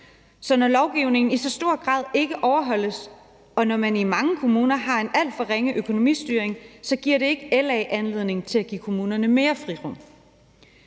Så når lovgivning i så stor grad ikke overholdes, og når man i mange kommuner har en alt for ringe økonomistyring, giver det ikke LA anledning til at give kommunerne mere frirum.